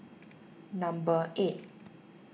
number eight